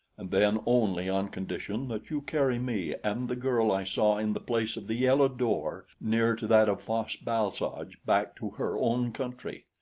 and then only on condition that you carry me and the girl i saw in the place of the yellow door near to that of fosh-bal-soj back to her own country.